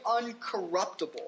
uncorruptible